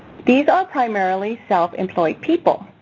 these are primarily self-employed people.